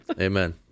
Amen